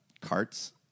carts